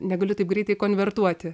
negaliu taip greitai konvertuoti